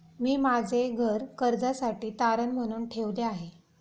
मी माझे घर कर्जासाठी तारण म्हणून ठेवले आहे